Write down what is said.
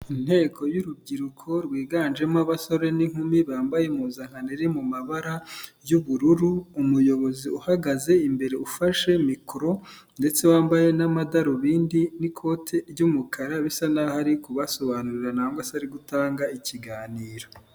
Inteko y'urubyiruko rwiganjemo abasore n'inkumi bambaye impuzankano iri mu mabara y'ubururu umuyobozi uhagaze imbere ufashe mikoro ndetse wambaye n'amadarubindi n'ikote ry'umukara bisa n'aho ari kubasobanurira nangwa se ari gutanga ikiganiro.